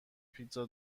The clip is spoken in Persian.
پیتزا